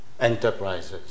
enterprises